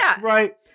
Right